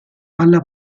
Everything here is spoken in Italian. alla